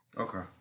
Okay